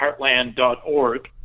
heartland.org